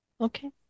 okay